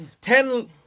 Ten